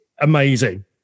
amazing